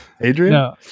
Adrian